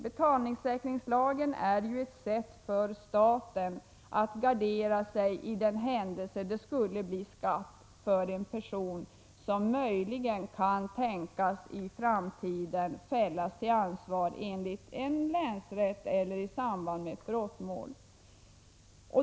Betalningssäkringslagen är ett sätt för staten att gardera sig i händelse av skattefordringar på en person som kan tänkas i framtiden ställas till ansvar av en länsrätt eller i samband med ett brottmål.